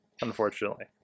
unfortunately